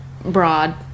broad